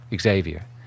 Xavier